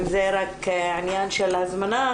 אם זה רק עניין של הזמנה,